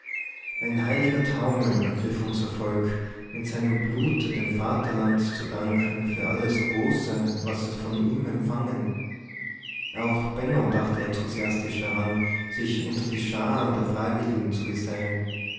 ein heiliger taumel ergriff unser volk mit seinem blute dem vaterland zu danken für alles große was es von ihm empfangen auch benno dachte enthusiastisch daran sich unter die scharen der freiwilligen zu gesellen